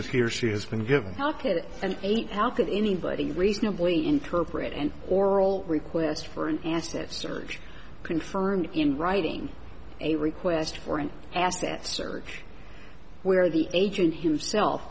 eight how could anybody reasonably interpret and oral request for an answer that search confirmed in writing a request for an asset search where the agent himself